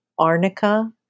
arnica